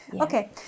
Okay